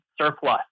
surplus